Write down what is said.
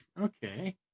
Okay